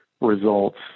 results